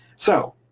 so